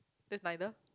that's neither